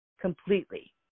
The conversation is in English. completely